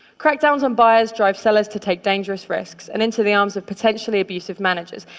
crackdowns on buyers drive sellers to take dangerous risks and into the arms of potentially abusive managers.